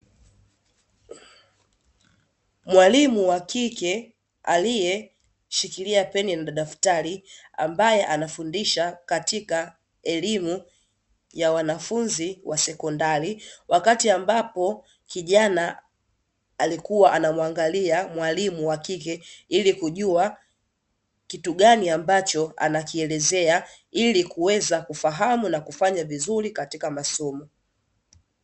Mwalimu wa kike aliyeshikilia peni na daftari ambaye anafundisha katika elimu ya wanafunzi wa sekondari, wakati ambapo kijana alikua anamuangalia mwalimu wa kike ili kujua kitu gani ambacho anakielezea; ili kuweza kufahamu na kufanya vizuri katika masomo.